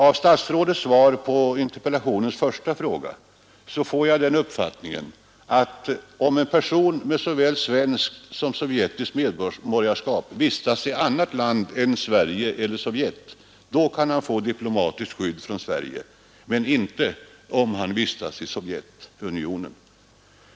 Av statsrådets svar på interpellationens första fråga får jag den uppfattningen, att om en person med såväl svenskt som sovjetiskt medborgarskap vistas i annat land än Sverige eller Sovjet så kan han få diplomatiskt skydd från Sverige — men icke om han vistas i Sovjetunionen.